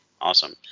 awesome